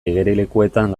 igerilekuetan